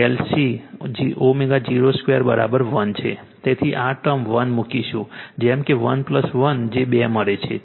તેથી આ ટર્મ 1 મુકીશું જેમ કે 1 1 જે 2 મળે છે